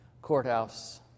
courthouse